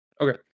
Okay